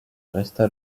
resta